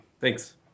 Thanks